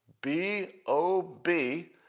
B-O-B